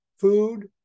food